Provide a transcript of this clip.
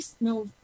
no